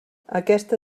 aquesta